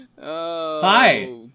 Hi